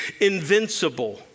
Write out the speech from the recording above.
invincible